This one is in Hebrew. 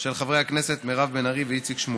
של חברי הכנסת מירב בן ארי ואיציק שמולי,